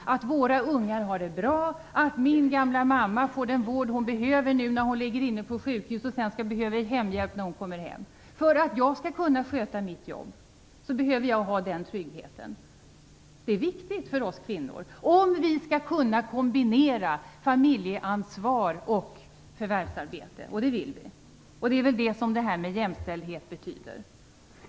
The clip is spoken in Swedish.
För att jag skall kunna sköta mitt jobb behöver jag t.ex. veta att min gamla mamma får den vård hon behöver nu när hon ligger inne på sjukhus och att hon får hemhjälp när hon kommer hem. Jag behöver ha den tryggheten för att kunna sköta mitt jobb. Det är viktigt för oss kvinnor om vi skall kunna kombinera familjeansvar och förvärsarbete - och det vill vi. Det är väl det som jämställdhet innebär.